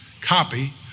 copy